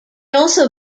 also